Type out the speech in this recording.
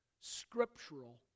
scriptural